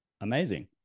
amazing